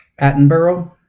Attenborough